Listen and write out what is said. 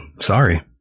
Sorry